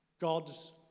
God's